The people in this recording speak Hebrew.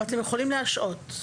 אבל אתם יכולים להשעות.